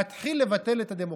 להתחיל לבטל את הדמוקרטיה?